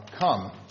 come